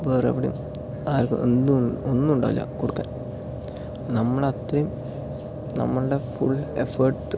വേറെ എവിടെയും ആർക്കും ഒന്നും ഒന്നുണ്ടാവില്ല കൊടുക്കാൻ നമ്മളത്രേയും നമ്മളുടെ ഫുൾ എഫേർട്ട്